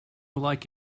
like